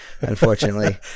unfortunately